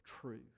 truth